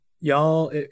y'all